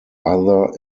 other